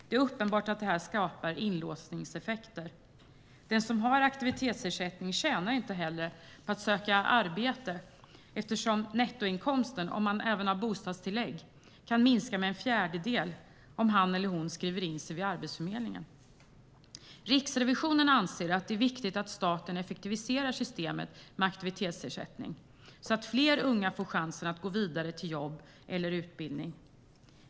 Det är uppenbart att detta skapar inlåsningseffekter. Den som har aktivitetsersättning tjänar inte heller på att söka arbete eftersom nettoinkomsten, om man även har bostadstillägg, kan minska med en fjärdedel om han eller hon skriver in sig vid Arbetsförmedlingen. Riksrevisionen anser att det är viktigt att staten effektiviserar systemet med aktivitetsersättning så att fler unga får chansen att gå vidare till jobb eller utbildning.